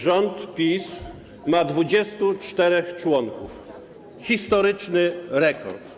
Rząd PiS ma 24 członków, historyczny rekord.